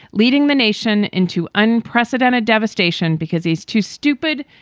leading the nation into unprecedented devastation because he's too stupid,